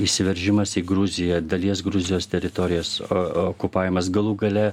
įsiveržimas į gruziją dalies gruzijos teritorijos okupavimas galų gale